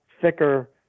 thicker